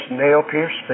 nail-pierced